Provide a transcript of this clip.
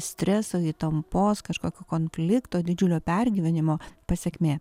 streso įtampos kažkokio konflikto didžiulio pergyvenimo pasekmė